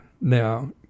Now